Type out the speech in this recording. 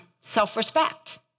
self-respect